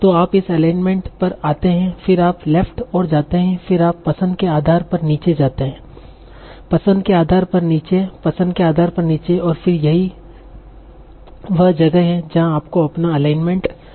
तो आप इस एलीमेंट पर आते हैं फिर आप लेफ्ट ओर जाते हैं फिर आप पसंद के आधार पर नीचे जाते हैं पसंद के आधार पर नीचे पसंद के आधार पर नीचे और फिर यही वह जगह है जहां आपको अपना अलाइनमेंट मिलता है